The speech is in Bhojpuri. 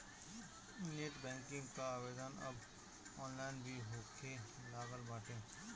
नेट बैंकिंग कअ आवेदन अब ऑनलाइन भी होखे लागल बाटे